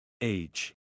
Age